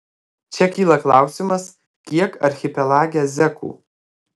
čia kyla klausimas kiek archipelage zekų